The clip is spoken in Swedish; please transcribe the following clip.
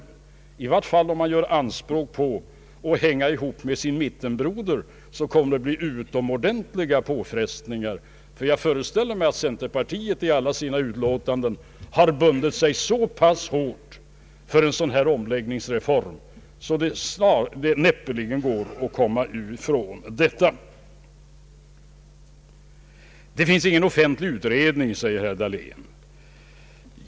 Om herr Dahlén gör anspråk på att hänga ihop med sin mittenbroder, kommer det att bli utomordentliga påfrestningar. Jag föreställer mig nämligen att centerpartiet i alla sina utlåtanden har bundit sig så pass hårt för en sådan här omfördelning att det näppeligen går att komma ifrån detta. Det finns ingen offentlig utredning, säger herr Dahlén.